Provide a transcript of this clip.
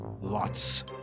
lots